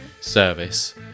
service